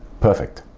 perfect.